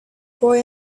boy